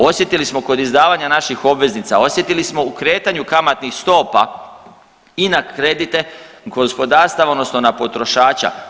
Osjetili smo kod izdavanja naših obveznica, osjetili smo u kretanju kamatnih stopa i na kredite gospodarstava, odnosno potrošača.